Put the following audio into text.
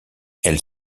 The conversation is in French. elle